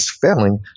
failing